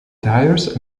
tires